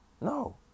No